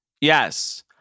Yes